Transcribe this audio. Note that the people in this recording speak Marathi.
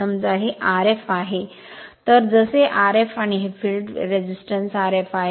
समजा हे Rf आहे तर जसे Rf आणि हे फील्ड रेसिस्टन्स Rf आहे